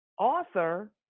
Author